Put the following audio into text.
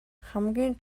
хамгийн